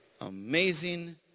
amazing